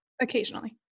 Occasionally